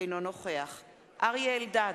אינו נוכח אריה אלדד,